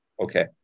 Okay